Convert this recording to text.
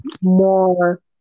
more